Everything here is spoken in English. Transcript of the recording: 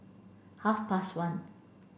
half past one